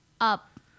up